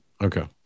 Okay